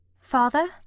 Father